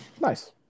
Nice